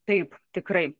taip tikrai